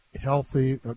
healthy